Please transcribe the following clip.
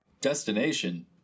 Destination